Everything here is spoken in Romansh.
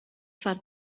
far